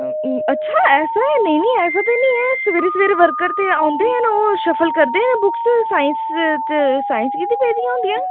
अच्छा ऐसा ऐ नेईं नेईं ऐसा ते नेईं ऐ सवेरे सवेरे वर्कर ते औंदे ऐ न ओह् शफल करदे बुक्स साईंस ते साईंस बी पेदियां होंदियां न